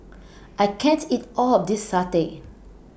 I can't eat All of This Satay